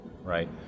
right